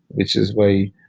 which is why